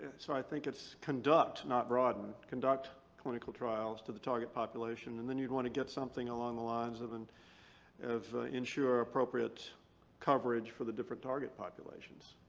so i think it's conduct not broaden. conduct clinical trials to the target population, and then you'd want to get something along the lines of and of ensure appropriate coverage for the different target populations.